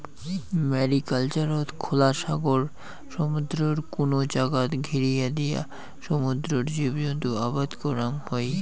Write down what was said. ম্যারিকালচারত খোলা সাগর, সমুদ্রর কুনো জাগাত ঘিরিয়া দিয়া সমুদ্রর জীবজন্তু আবাদ করাং হই